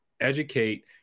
educate